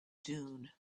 dune